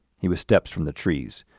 he was steps from the trees,